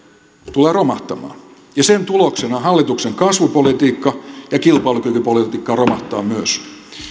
tulee romahtamaan ja sen tuloksena hallituksen kasvupolitiikka ja kilpailukykypolitiikka romahtaa myös